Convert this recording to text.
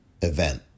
event